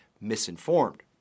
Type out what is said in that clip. misinformed